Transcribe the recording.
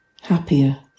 Happier